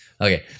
Okay